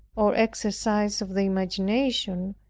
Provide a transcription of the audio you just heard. or exercise of the imagination,